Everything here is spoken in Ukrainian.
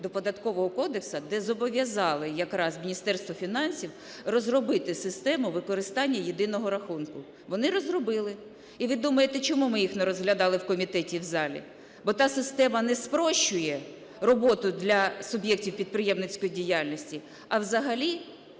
до Податкового кодексу, де зобов’язали якраз Міністерство фінансів розробити систему використання "єдиного рахунку". Вони розробили. І ви думаєте, чому ми їх не розглядали в комітеті і в залі? Бо та система не спрощує роботу для суб’єктів підприємницької діяльності, а взагалі